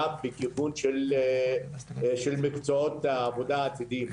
גם בכיוון של מקצועות העבודה העתידי.